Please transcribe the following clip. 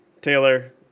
Taylor